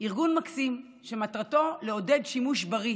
ארגון מקסים שמטרתו לעודד שימוש בריא